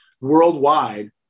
worldwide